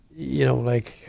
you know, like,